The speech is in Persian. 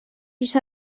بیش